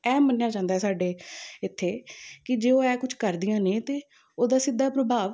ਇਹ ਮੰਨਿਆ ਜਾਂਦਾ ਸਾਡੇ ਇੱਥੇ ਕਿ ਜੇ ਉਹ ਇਹ ਕੁਛ ਕਰਦੀਆਂ ਨੇ ਅਤੇ ਉਹਦਾ ਸਿੱਧਾ ਪ੍ਰਭਾਵ